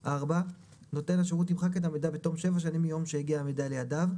(4) נותן השירות ימחק את המידע בתום שבע שנים מיום שהגיע המידע לידיו,